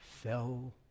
fell